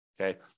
Okay